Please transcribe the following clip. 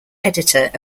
editor